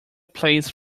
plays